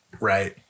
right